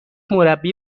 مربی